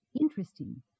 interesting